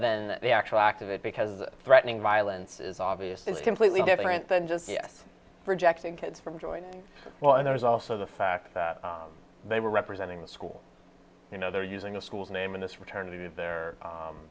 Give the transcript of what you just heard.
than the actual act of it because threatening violence is obviously completely different than just yes rejecting kids from joining well and there's also the fact that they were representing the school you know they're using the school's name in this return to they're u